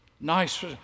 nice